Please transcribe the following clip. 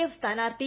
F സ്ഥാനാർത്ഥി